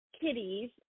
kitties